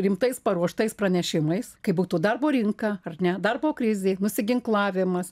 rimtais paruoštais pranešimais kaip būtų darbo rinka ar ne darbo krizė nusiginklavimas